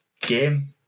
game